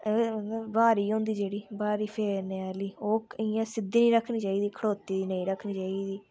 ब्हारी होंदी जेह्ड़ी ब्हारी फेरने आह्ली इयां सिध्दी नी रक्खनी चाहिदी खड़ोती दी नी रक्खनी चाहिदी